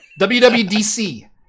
WWDC